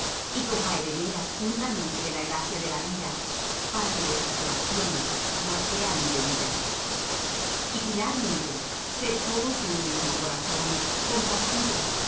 y como á herederas juntamente de la gracia de la vida para que vuestras oraciones no sean impedidas y finalmente sed todos de un mismo corazón compasivos